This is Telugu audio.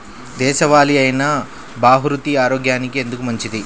దేశవాలి అయినా బహ్రూతి ఆరోగ్యానికి ఎందుకు మంచిది?